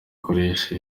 kurisha